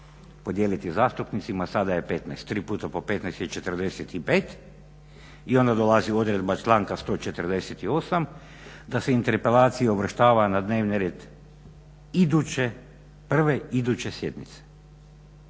podijeliti zastupnicima, sada je 15, 3 puta po 15 je 45. I onda dolazi odredba Članka 148. da se interpelacija uvrštava na dnevni red iduće, prve iduće sjednice.